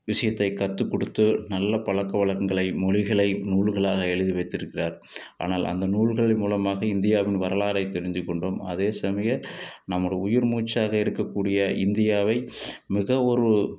விஷயத்தை கற்றுக்குடுத்து நல்ல பழக்கவழக்கங்களை மொழிகளை நூல்களாக எழுதி வைத்திருக்கிறார் ஆனால் அந்த நூல்களின் மூலமாக இந்தியாவின் வரலாறை தெரிஞ்சு கொண்டோம் அதே சமயம் நமது உயிர் மூச்சாக இருக்கக்கூடிய இந்தியாவை மிக ஒரு